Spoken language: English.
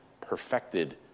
perfected